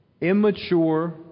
immature